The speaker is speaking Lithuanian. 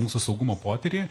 mūsų saugumo potyrį